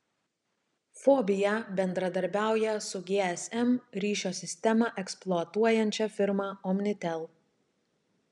fobija bendradarbiauja su gsm ryšio sistemą eksploatuojančia firma omnitel